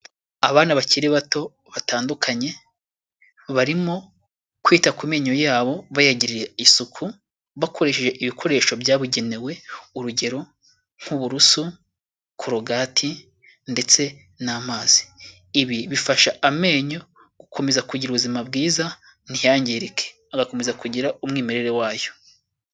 Abana bakiri bato batandukanye, barimo kwita ku menyo yabo bayagiriye isuku, bakoresheje ibikoresho byabugenewe, urugero nk'uburusu, korogati ndetse n'amazi. Ibi bifasha amenyo gukomeza kugira ubuzima bwiza ntiyangirike. Agakomeza kugira umwimerere wayo.